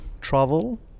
travel